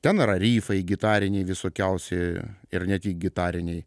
ten yra rifai gitariniai visokiausi ir ne tik gitariniai